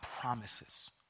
promises